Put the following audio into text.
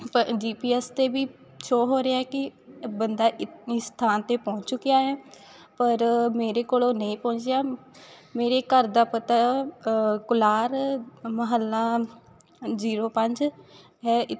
ਜੀ P S 'ਤੇ ਵੀ ਸ਼ੋਅ ਹੋ ਰਿਹਾ ਕਿ ਬੰਦਾ ਇਸ ਥਾਂ 'ਤੇ ਪਹੁੰਚ ਚੁੱਕਿਆ ਹੈ ਪਰ ਮੇਰੇ ਕੋਲ ਨਹੀਂ ਪਹੁੰਚਿਆ ਮੇਰੇ ਘਰ ਦਾ ਪਤਾ ਕੁਲਾਰ ਮਹੱਲਾ ਜੀਰੋ ਪੰਜ ਹੈ